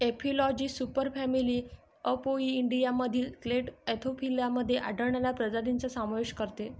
एपिलॉजी सुपरफॅमिली अपोइडियामधील clade Anthophila मध्ये आढळणाऱ्या प्रजातींचा समावेश करते